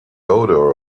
odor